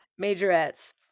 majorettes